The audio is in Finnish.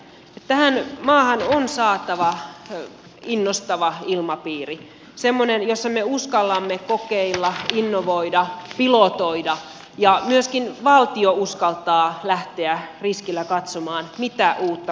tähän maahan on saatava innostava ilmapiiri semmoinen jossa me uskallamme kokeilla innovoida pilotoida ja myöskin valtio uskaltaa lähteä riskillä katsomaan mitä uutta voisimme saada